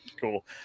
Cool